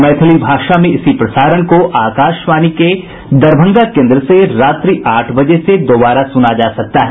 मैथिली भाषा में इसी प्रसारण को आकाशवाणी के दरभंगा केन्द्र से रात्रि आठ बजे से दोबारा सुना जा सकता है